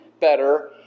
better